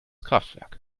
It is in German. kraftwerk